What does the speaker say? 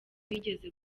yigeze